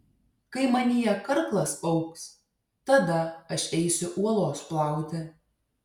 kai manyje karklas augs tada aš eisiu uolos plauti